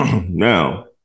now